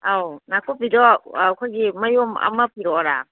ꯑꯧ ꯅꯥꯀꯨꯞꯄꯤꯗꯣ ꯑꯩꯈꯣꯏꯒꯤ ꯃꯌꯣꯝ ꯑꯃ ꯄꯤꯔꯛꯑꯣꯔ